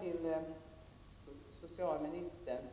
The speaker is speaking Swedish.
Till socialministern